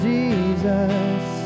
Jesus